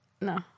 No